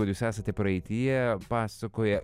kol jūs esate praeityje pasakoja